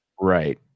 Right